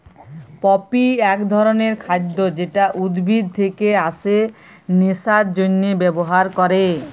poppy এক ধরণের খাদ্য যেটা উদ্ভিদ থেকে আসে নেশার জন্হে ব্যবহার ক্যরে